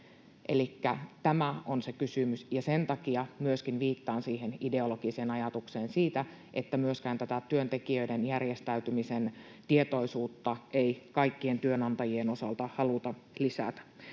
tämä on se kysymys. Sen takia viittaan myöskin siihen ideologiseen ajatukseen siitä, että myöskään tätä työntekijöiden järjestäytymisen tietoisuutta ei kaikkien työnantajien osalta haluta lisätä.